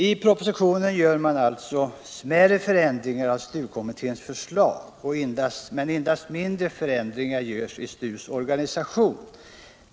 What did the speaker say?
I propositionen görs alltså smärre förändringar av STU-kommitténs förslag, men endast mindre förändringar görs i STU:s organisation.